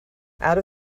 out